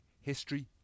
history